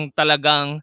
talagang